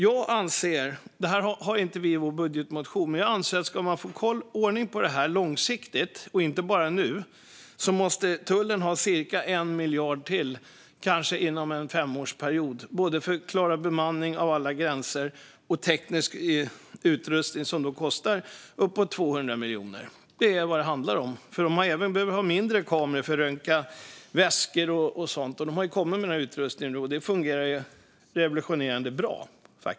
Det här har vi inte med i vår budgetmotion, men jag anser att ska man få ordning på det här långsiktigt och inte bara nu måste tullen ha cirka 1 miljard till inom kanske en femårsperiod. Det behövs både för att klara bemanning av alla gränser och inköp av teknisk utrustning som kostar uppemot 200 miljoner. Det är vad det handlar om. De behöver även ha mindre kameror för att röntga väskor och sådant. Det har kommit sådan utrustning nu, och den fungerar revolutionerande bra.